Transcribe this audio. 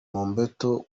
mobetto